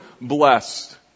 blessed